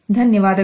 ಧನ್ಯವಾದಗಳು